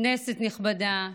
כנסת נכבדה,